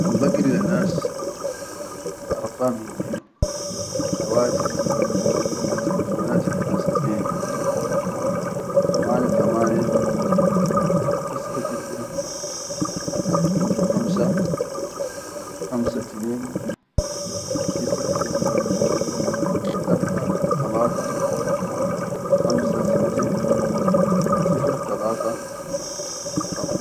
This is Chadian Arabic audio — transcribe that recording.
Kan bagir le nas arqam hine hawatif walla tilifonat hine nas tinen, tamane, tamane, tisaʼe, tisaʼe, sifir khamsa, khamsa tinen, tisaʼe tisaʼe, sabaʼa, talata, khamsa sitte, sifir talata.